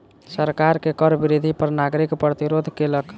सरकार के कर वृद्धि पर नागरिक प्रतिरोध केलक